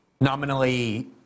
nominally